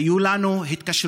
היו לנו התקשרויות,